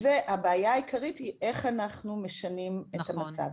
והבעיה העיקרית היא איך אנחנו משנים את המצב.